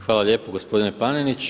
Hvala lijepo gospodine Panenić.